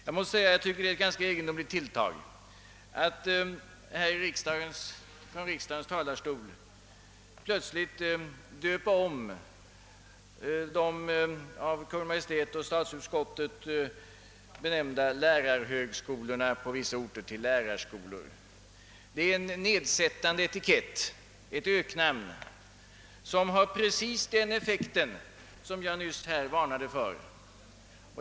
Jag tycker det är ett ganska egendomligt tilltag att här från riksdagens talarstol plötsligt döpa om de av Kungl. Maj:t och statsutskottet benämnda lärarhögskolorna på vissa orter till lärarskolor. Det är en nedsättande etikett, ett öknamn, som har just den effekt som jag här nyss varnade för.